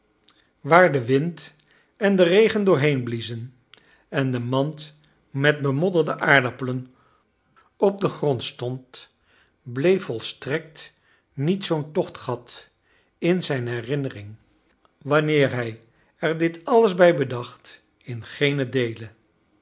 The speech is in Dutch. waar de wind en de regen doorheen bliezen en de mand met bemodderde aardappelen op den grond stond bleef volstrekt niet zoom tochtgat in zijn herinnering wanneer hij er dit alles bij bedacht in geenen deele